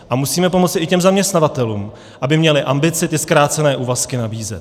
A musíme pomoci i těm zaměstnavatelům, aby měli ambici ty zkrácené úvazky nabízet.